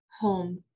home